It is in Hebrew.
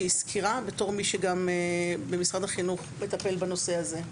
סקירה בתור מי שבמשרד החינוך מטפל בנושא הזה.